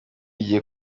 igiye